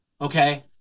Okay